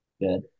Good